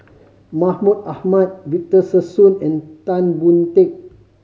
Mahmud Ahmad Victor Sassoon and Tan Boon Teik